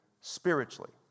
spiritually